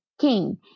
king